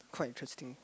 quite interesting